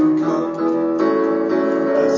come